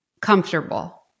comfortable